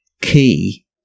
key